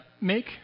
make